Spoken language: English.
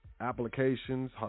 applications